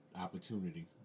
opportunity